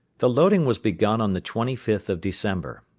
the loading was begun on the twenty fifth of december,